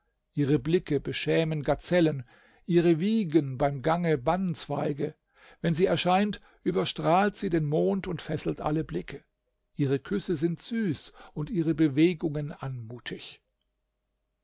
ihre blicke beschämen gazellen ihr wiegen beim gange banzweige wenn sie erscheint überstrahlt sie den mond und fesselt alle blicke ihre küsse sind süß und ihre bewegungen anmutig